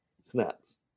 snaps